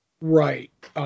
Right